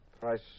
Price